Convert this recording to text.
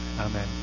amen